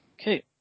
Okay